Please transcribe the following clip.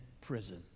prison